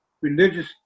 religious